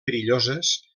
perilloses